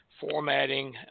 formatting